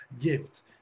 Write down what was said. gift